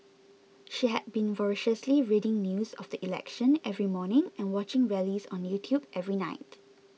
she had been voraciously reading news of the election every morning and watching rallies on YouTube every night